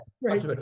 Right